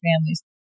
families